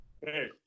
hey